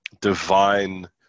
divine